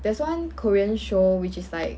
there's one korean show which is like